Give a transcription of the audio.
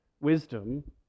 wisdom